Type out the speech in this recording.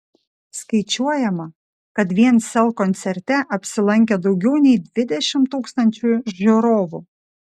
skaičiuojama kad vien sel koncerte apsilankė daugiau nei dvidešimt tūkstančių žiūrovų